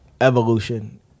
evolution